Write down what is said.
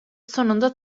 sonunda